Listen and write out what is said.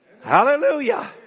Hallelujah